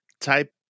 type